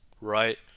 right